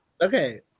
Okay